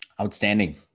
Outstanding